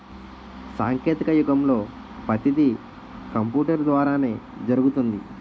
సాంకేతిక యుగంలో పతీది కంపూటరు ద్వారానే జరుగుతుంది